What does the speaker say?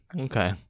okay